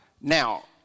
Now